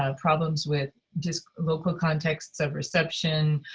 um problems with just local contexts of perception,